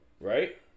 Right